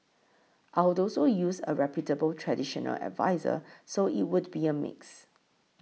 I'd also use a reputable traditional adviser so it would be a mix